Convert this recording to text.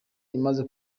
imaze